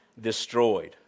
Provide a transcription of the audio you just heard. destroyed